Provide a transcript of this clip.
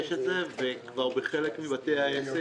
יש את זה ובחלק מבתי העסק